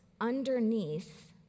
underneath